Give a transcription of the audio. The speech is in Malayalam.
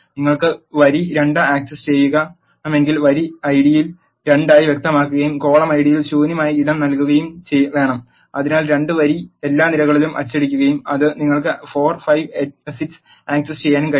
നിങ്ങൾക്ക് വരി 2 ആക്സസ് ചെയ്യണമെങ്കിൽ വരി ഐഡിയിൽ 2 ആയി വ്യക്തമാക്കുകയും കോളം ഐഡിയിൽ ശൂന്യമായ ഇടം നൽകുകയും വേണം അതിനാൽ രണ്ട് വരി എല്ലാ നിരകളും അച്ചടിക്കും അത് നിങ്ങൾക്ക് 4 5 6 ആക്സസ് ചെയ്യാൻ കഴിയും